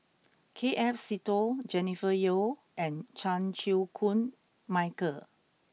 K F Seetoh Jennifer Yeo and Chan Chew Koon Michael